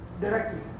directly